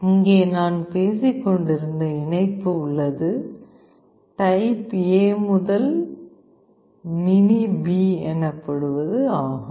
இங்கே நான் பேசிக் கொண்டிருந்த இணைப்பு உள்ளது டைப் A முதல் மினி B எனப்படுவது ஆகும்